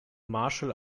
marshall